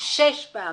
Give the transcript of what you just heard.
שש פעמים.